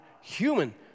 human